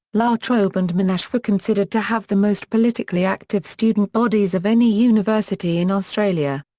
la trobe and monash were considered to have the most politically active student bodies of any university in australia.